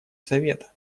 совета